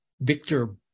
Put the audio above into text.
Victor